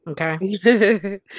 Okay